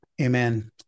Amen